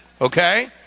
Okay